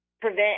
prevent